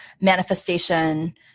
manifestation